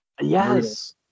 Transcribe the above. Yes